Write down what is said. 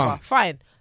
fine